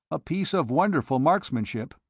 a piece of wonderful marksmanship.